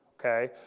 Okay